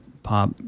pop